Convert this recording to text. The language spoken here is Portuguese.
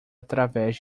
através